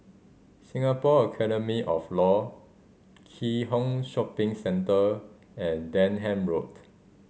Singapore Academy of Law Keat Hong Shopping Centre and Denham Road